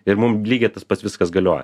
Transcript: ir mum lygiai tas pats viskas galioja